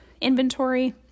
inventory